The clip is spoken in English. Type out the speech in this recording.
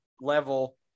level